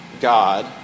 God